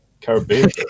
Caribbean